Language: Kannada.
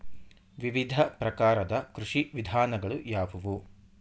ವಿವಿಧ ಪ್ರಕಾರದ ಕೃಷಿ ವಿಧಾನಗಳು ಯಾವುವು?